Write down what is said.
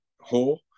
whole